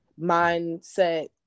mindset